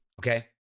Okay